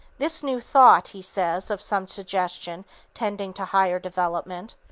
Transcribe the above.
this new thought, he says of some suggestion tending to higher development,